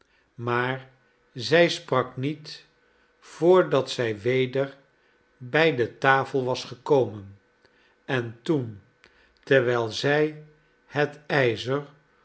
maar zij sprak niet voordat zij weder bij de tafel was gekomen en toen terwijl zij het ijzer